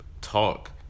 talk